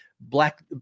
black